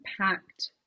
packed